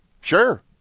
sure